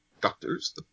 Doctors